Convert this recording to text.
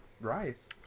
rice